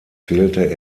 fehlte